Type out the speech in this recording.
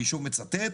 אני מצטט: